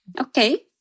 Okay